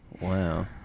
Wow